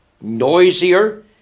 noisier